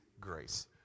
grace